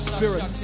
Spirit